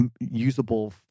usable